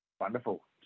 Wonderful